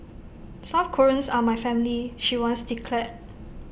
South Koreans are my family she once declared